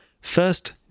First